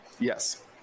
Yes